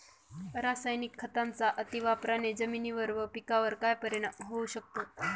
रासायनिक खतांच्या अतिवापराने जमिनीवर व पिकावर काय परिणाम होऊ शकतो?